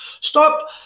Stop